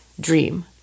dream